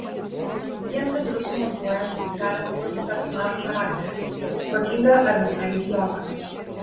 vien kadrus sumontuojant galima kurti personažo charakterį protingą ar visai idiotą